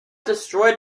destroyed